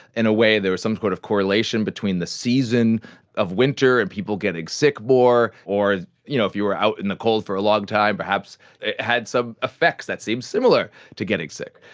in a way there was some sort of correlation between the season of winter and people getting sick more, or you know if you were out in the cold for a long time, perhaps it had some effects that seems similar to getting sick.